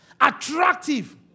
attractive